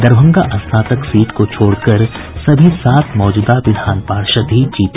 दरभंगा स्नातक सीट को छोड़कर सभी सात मौजूदा विधान पार्षद ही जीते